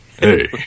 Hey